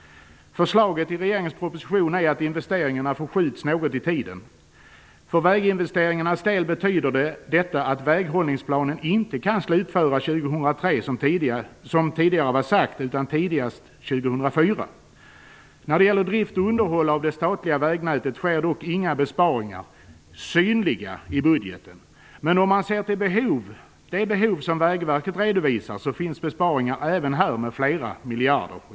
Förslaget i regeringens proposition är att investeringarna förskjuts något i tiden. För väginvesteringarnas del betyder detta att väghållningsplanen inte kan slutföras 2003 som tidigare var sagt utan tidigast 2004. När det gäller drift och underhåll av det statliga vägnätet sker dock inga besparingar som är synliga i budgeten. Men om man ser till det behov som Vägverket redovisar finns det besparingar även här på flera miljarder.